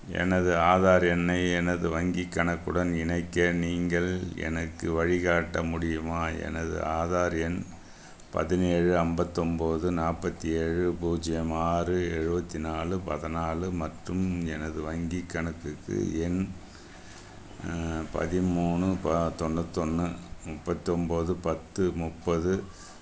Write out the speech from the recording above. எனது ஆதார் எண்ணை எனது வங்கி கணக்குடன் இணைக்க நீங்கள் எனக்கு வழிகாட்ட முடியுமா எனது ஆதார் எண் பதினேழு ஐம்பத்து ஒன்போது நாற்பத்தி ஏழு பூஜ்யம் ஆறு எழுபத்தி நாலு பதினாலு மற்றும் எனது வங்கி கணக்குக்கு எண் பதிமூணு ப தொண்ணூற்றி ஒன்று முப்பத்து ஒன்போது பத்து முப்பது நாற்பத்து அஞ்சு ஜி பூஜ்யம் ஏழு ஐம்பத்தி மூணு